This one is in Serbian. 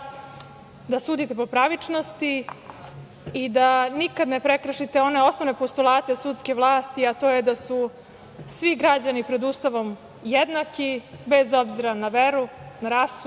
da sudite po pravičnosti i da nikada ne prekršite one osnovne postulate sudske vlasti, a to je da su svi građani pred Ustavom jednaki, bez obzira na veru, rasu,